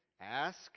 ask